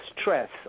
stress